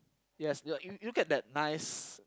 yes you you get that nice